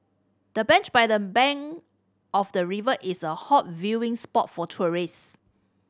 the bench by the bank of the river is a hot viewing spot for tourist